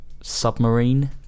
Submarine